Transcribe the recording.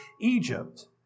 Egypt